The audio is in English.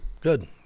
Good